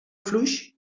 fluix